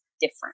different